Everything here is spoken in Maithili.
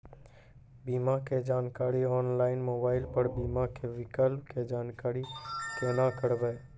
बीमा के जानकारी ऑनलाइन मोबाइल पर बीमा के विकल्प के जानकारी केना करभै?